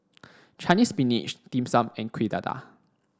Chinese spinach dim sum and Kueh Dadar